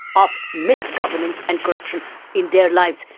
of misgovernance and corruption in their lives,